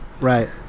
Right